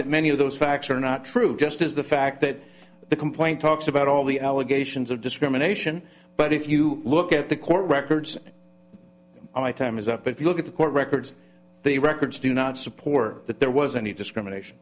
that many of those facts are not true just as the fact that the complaint talks about all the allegations of discrimination but if you look at the court records my time is up if you look at the court records the records do not support that there was any discrimination